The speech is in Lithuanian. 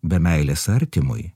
be meilės artimui